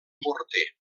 morter